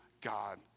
God